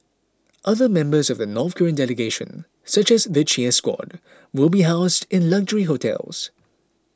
other members of the North Korean delegation such as the cheer squad will be housed in luxury hotels